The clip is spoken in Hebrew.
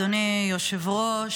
אדוני היושב-ראש.